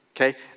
okay